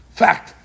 fact